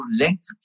length